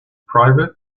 private